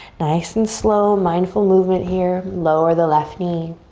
nice and slow mindful movement here. lower the left knee.